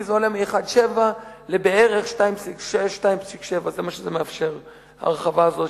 כי זה עולה מ-1.7% ל-2.6% 2.7% זה מה שמאפשרת ההרחבה הזאת.